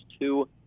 two